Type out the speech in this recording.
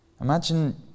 Imagine